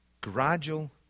gradual